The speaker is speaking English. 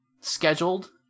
scheduled